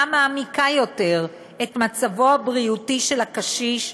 מעמיקה יותר את מצבו הבריאותי של הקשיש,